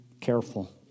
careful